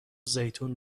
زیتون